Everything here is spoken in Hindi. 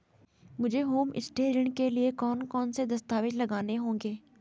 मुझे होमस्टे ऋण के लिए कौन कौनसे दस्तावेज़ लगाने होंगे?